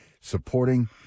supporting